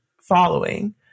following